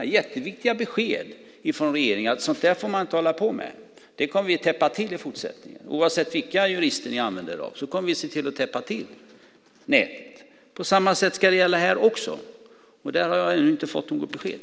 Det är jätteviktiga besked från regeringen om att sådant där får man inte hålla på med, det där kommer vi att täppa till i fortsättningen. Oavsett vilka jurister ni använder er av kommer vi att se till att täppa till nätet. På samma sätt ska det gälla här, och där har jag ännu inte fått något besked.